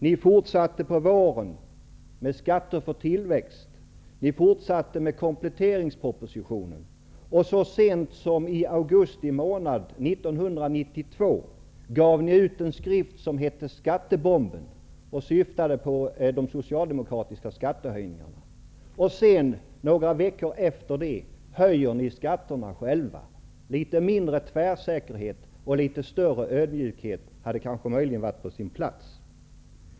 Ni fortsatte på våren med Skatter för tillväxt. Ni fortsatte med kompletteringspropositionen, och så sent som i augusti månad 1992 gav ni ut en skrift som heter Skattebomben, som syftade på de socialdemokratiska skattehöjningarna. Men några veckor efter detta höjer ni skatterna själva. Litet mindre tvärsäkerhet och litet större ödmjukhet hade kanske varit på sin plats.